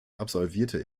absolvierte